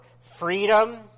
freedom